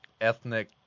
ethnic